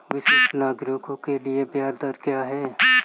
वरिष्ठ नागरिकों के लिए ब्याज दर क्या हैं?